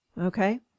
okay